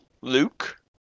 Luke